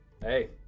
Hey